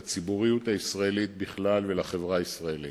לציבוריות הישראלית בכלל ולחברה הישראלית.